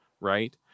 right